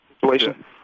situation